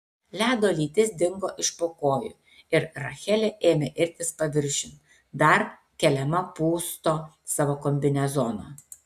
ledo lytis dingo iš po kojų ir rachelė ėmė irtis paviršiun dar keliama pūsto savo kombinezono